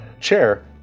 chair